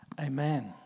Amen